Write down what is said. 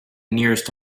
nearest